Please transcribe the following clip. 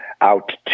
out